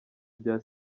bya